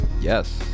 Yes